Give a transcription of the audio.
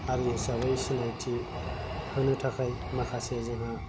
हारि हिसाबै सिनायथि होनो थाखाय माखासे जोंहा